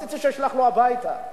רציתי לשלוח לו הביתה.